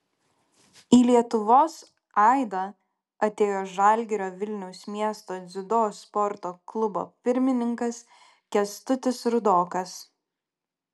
į lietuvos aidą atėjo žalgirio vilniaus miesto dziudo sporto klubo pirmininkas kęstutis rudokas